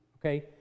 Okay